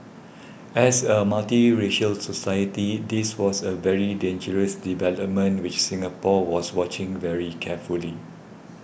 as a multiracial society this was a very dangerous development which Singapore was watching very carefully